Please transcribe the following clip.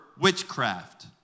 witchcraft